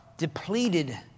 depleted